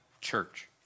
church